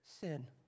sin